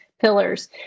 pillars